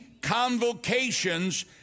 convocations